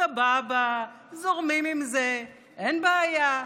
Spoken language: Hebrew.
סבבה, זורמים עם זה, אין בעיה.